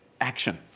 action